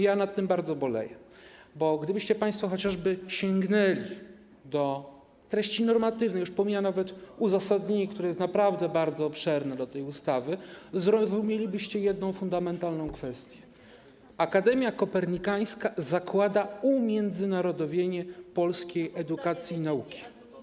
Ja nad tym bardzo boleję, bo gdybyście państwo chociażby sięgnęli do treści normatywnych, już pomijam nawet uzasadnienie tej ustawy, które jest naprawdę bardzo obszerne, zrozumielibyście jedną fundamentalną kwestię: Akademia Kopernikańska zakłada umiędzynarodowienie polskiej edukacji i nauki.